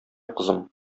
кызым